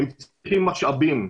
הם צריכים משאבים,